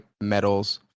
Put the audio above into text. medals